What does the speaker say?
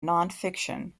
nonfiction